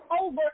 over